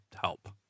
help